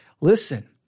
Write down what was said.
Listen